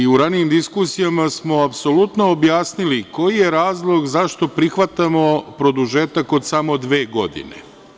U ranijim diskusijama smo apsolutno objasnili koji je razlog zašto prihvatamo produžetak od samo dve godine.